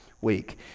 week